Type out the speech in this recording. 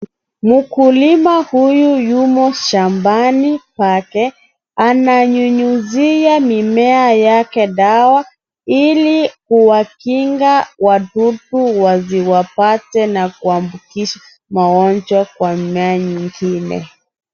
Mkulima huyu yumo shambani pake. Ananyunyizia mimea yake dawa, ili kuwakinga wadudu wasiwapate na kuambukiza magonjwa kwa mimea nyingine.